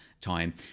time